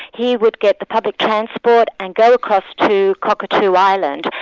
he would get the public transport and go across to cockatoo island.